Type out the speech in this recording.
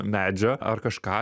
medžio ar kažką jums